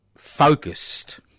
focused